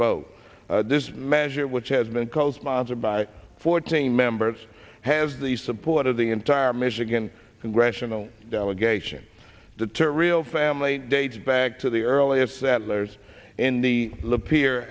vote this measure which has been co sponsored by fourteen members has the support of the entire michigan congressional delegation to real family dates back to the earliest settlers in the l